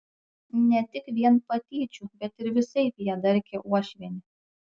ne tik vien patyčių bet ir visaip ją darkė uošvienė